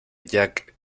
jack